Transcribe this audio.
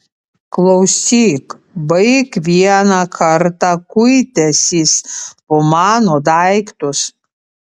klausyk baik vieną kartą kuitęsis po mano daiktus